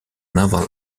naval